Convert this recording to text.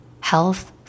health